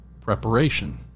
preparation